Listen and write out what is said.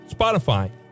Spotify